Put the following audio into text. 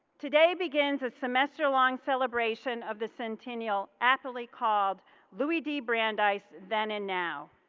today begins a semester long celebration of the centennial aptly called louis d brandeis then and now.